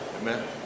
Amen